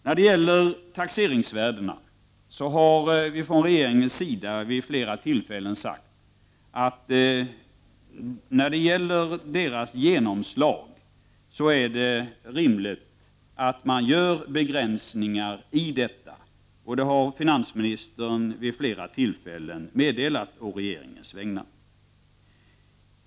När det gäller taxeringsvärdena och genomslaget av dessa har regeringen vid flera tillfällen sagt att det är rimligt att åstadkomma begränsningar, och det har finansministern vid flera tillfällen meddelat å regeringens vägnar.